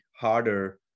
harder